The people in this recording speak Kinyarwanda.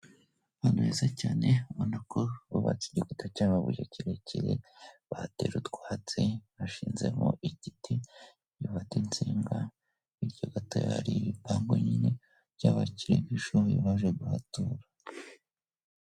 Ahantu heza cyane, ubona ko hubatse igikuta cy'amabuye kirekire, bahatera utwatsi, hashinzemo igiti gifata insinga, hirya gatoya hari ibipangu bine by'abakire baje kuhatura.